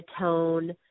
tone